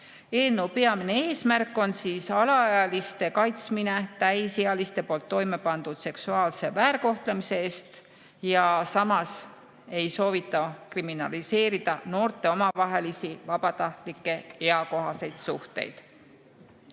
Eelnõu peamine eesmärk on alaealiste kaitsmine täisealiste poolt toimepandud seksuaalse väärkohtlemise eest, samas ei soovita kriminaliseerida noorte omavahelisi vabatahtlikke eakohaseid suhteid.